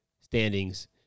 standings